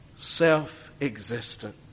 Self-existent